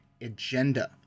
agenda